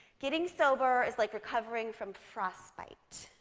getting sober is like recovering from frostbite.